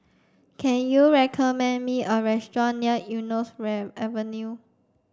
can you recommend me a restaurant near Eunos Avenue